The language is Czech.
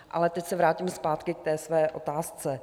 Ale teď se vrátím zpátky k své otázce.